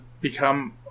become